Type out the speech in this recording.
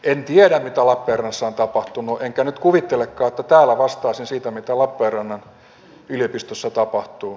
en tiedä mitä lappeenrannassa on tapahtunut enkä nyt kuvittelekaan että täällä vastaisin siitä mitä lappeenrannan yliopistossa tapahtuu